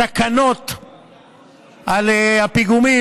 התקנות על הפיגומים,